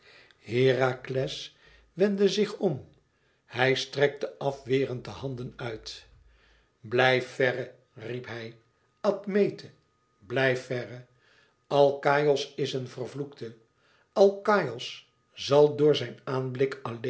herakles wendde zich om hij strekte afwerend de handen uit blijf verre riep hij admete blijf verre alkaïos is een vervloekte alkaïos zal door zijn aanblik